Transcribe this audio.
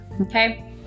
okay